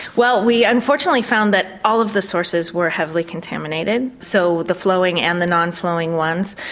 well we unfortunately found that all of the sources were heavily contaminated so the flowing and the non-flowing ones.